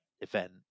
event